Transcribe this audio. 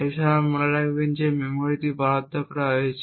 এছাড়াও মনে রাখবেন যে যে মেমরিটি বরাদ্দ করা হয়েছে